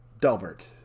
Delbert